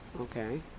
Okay